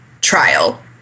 trial